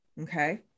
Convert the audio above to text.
Okay